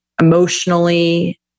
Emotionally